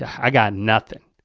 i got nothing.